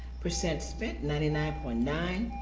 percent spent ninety nine point nine.